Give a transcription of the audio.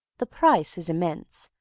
the price is immense,